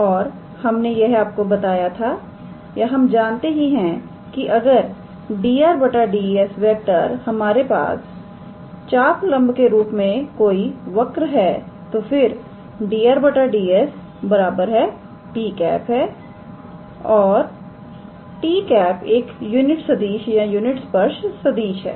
और हमने यह आपको बताया था या हम जानते हैं कि अगर 𝑑𝑟⃗ 𝑑𝑠 हमारे पास चापलंब के रूप में कोई वक्र है तो फिर 𝑑𝑟⃗ 𝑑𝑠 𝑡̂ है और 𝑡̂ एक यूनिट सदिश या यूनिट स्पर्श सदिश है